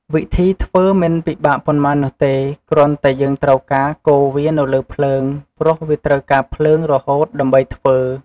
វិធីធ្វើមិនពិបាកប៉ុន្មាននោះទេ គ្រាន់តែយើងត្រូវការកូរវានៅលើភ្លើង ព្រោះវាត្រូវការភ្លើងរហូតដើម្បីធ្វើ។